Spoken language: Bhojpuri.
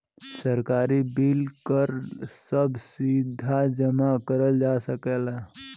सरकारी बिल कर सभ सीधा जमा करल जा सकेला